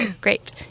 Great